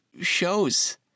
shows